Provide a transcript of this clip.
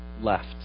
left